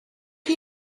chi